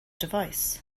device